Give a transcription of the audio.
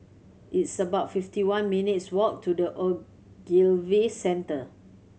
it's about fifty one minutes' walk to The Ogilvy Centre